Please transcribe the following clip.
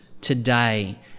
today